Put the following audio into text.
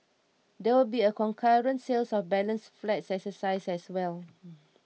there will be a concurrent sales of balance flats exercise as well